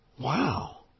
Wow